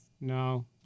No